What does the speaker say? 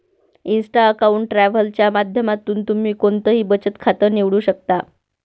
Insta account travel च्या माध्यमातून तुम्ही कोणतंही बचत खातं निवडू शकता